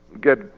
get